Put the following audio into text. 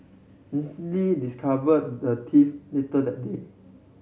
Miss Lee discovered the theft later that day